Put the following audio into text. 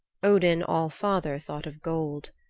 odin all-father thought of gold.